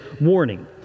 warning